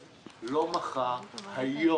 כסף לעניין הזה, לא מחר אלא היום.